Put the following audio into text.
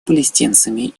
палестинцами